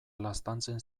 laztantzen